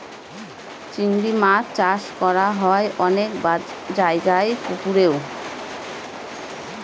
চিংড়ি মাছ চাষ করা হয় অনেক জায়গায় পুকুরেও